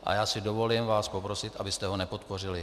A já si dovolím vás poprosit, abyste ho nepodpořili.